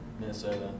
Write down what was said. Minnesota